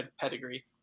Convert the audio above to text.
pedigree